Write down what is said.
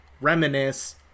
reminisce